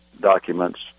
documents